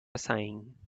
sighing